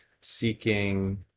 seeking